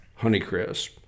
Honeycrisp